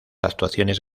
actuaciones